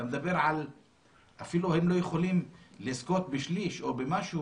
הם אפילו לא יכולים לזכות בשליש או במשהו